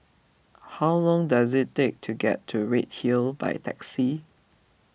how long does it take to get to Redhill by taxi